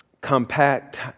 compact